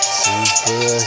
super